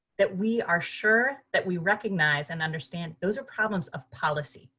that we are sure that we recognize and understand those are problems of policy.